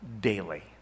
daily